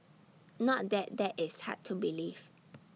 not that that is hard to believe